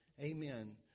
Amen